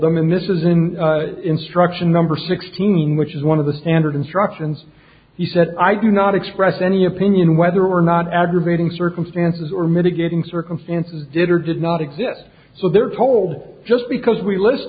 them and this is in instruction number sixteen which is one of the standard instructions he said i do not express any opinion whether or not aggravating circumstances or mitigating circumstances did or did not exist so they're told just because we list